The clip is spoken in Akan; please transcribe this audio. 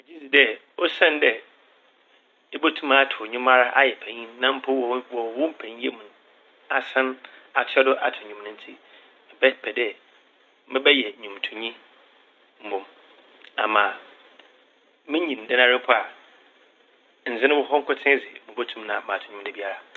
Megye dzi dɛ osiandɛ ebotum atow ndwom ara ayɛ panyin na mpo wɔ -wɔ wo mpanyinyɛ mu asan atoa do atow ndwom no ntsi. Mebɛpɛ dɛ mebɛyɛ ndwomtownyi mbom ama minyin dɛnara a mpo a ndze no wɔ hɔ nkotsee dze mobotum na matow ndwom dabiara.